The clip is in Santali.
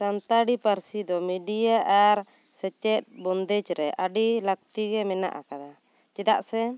ᱥᱟᱱᱛᱟᱲᱤ ᱯᱟᱹᱨᱥᱤ ᱫᱚ ᱢᱤᱰᱤᱭᱟ ᱟᱨ ᱥᱮᱪᱮᱫ ᱵᱚᱱᱫᱮᱡᱽ ᱨᱮ ᱟᱹᱰᱤ ᱞᱟᱹᱠᱛᱤ ᱜᱮ ᱢᱮᱱᱟᱜ ᱟᱠᱟᱫᱟ ᱪᱮᱫᱟᱜ ᱥᱮ